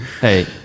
Hey